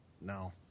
no